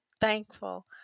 thankful